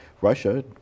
Russia